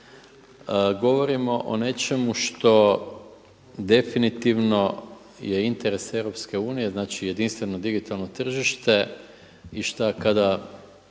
govorimo o nečemu što definitivno je interes EU, znači jedinstveno digitalno tržište i šta kada